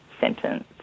sentence